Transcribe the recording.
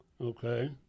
Okay